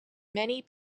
many